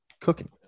cooking